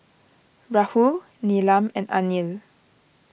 Rahul Neelam and Anil